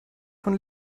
von